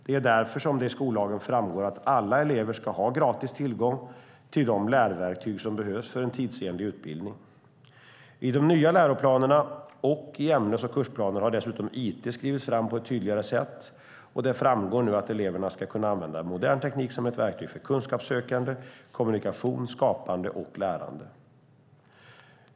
Det är därför som det i skollagen framgår att alla elever ska ha gratis tillgång till de lärverktyg som behövs för en tidsenlig utbildning. I de nya läroplanerna och i ämnes och kursplaner har dessutom it skrivits fram på ett tydligare sätt, och det framgår nu att eleverna ska kunna använda modern teknik som ett verktyg för kunskapssökande, kommunikation, skapande och lärande.